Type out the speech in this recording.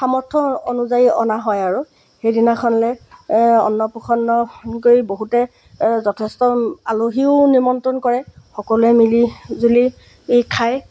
সামৰ্থ অনুযায়ী অনা হয় আৰু সেইদিনাখনলৈ অন্নপ্ৰাশন কৰি বহুতে যথেষ্ট আলহীও নিমন্ত্ৰণ কৰে সকলোৱে মিলিজুলি খায়